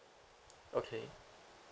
okay